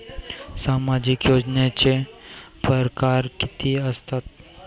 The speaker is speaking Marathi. सामाजिक योजनेचे परकार कितीक असतात?